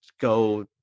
go